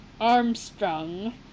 Armstrong